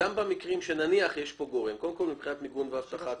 אתם בודקים מבחינת מיגון ואבטחה.